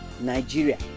Nigeria